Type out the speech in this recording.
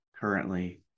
currently